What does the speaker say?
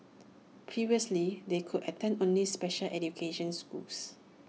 previously they could attend only special education schools